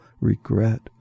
regret